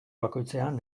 bakoitzean